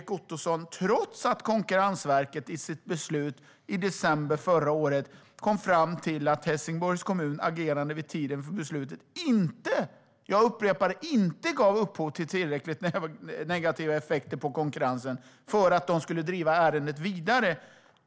Konkurrensverket kom i sitt beslut i december förra året fram till att Helsingborgs kommuns agerande vid tiden för beslutet inte, jag upprepar inte, gav upphov till tillräckligt negativa effekter på konkurrensen för att de skulle driva ärendet vidare.